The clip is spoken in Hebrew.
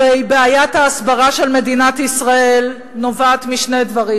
הרי בעיית ההסברה של מדינת ישראל נובעת משני דברים,